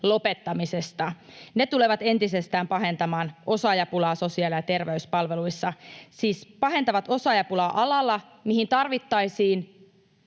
lopettamisesta. Ne tulevat entisestään pahentamaan osaajapulaa sosiaali‑ ja terveyspalveluissa — siis pahentavat osaajapulaa alalla, mille tarvittaisiin